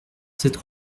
cette